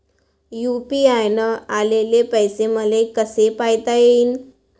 UPI न आलेले पैसे मले कसे पायता येईन?